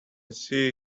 see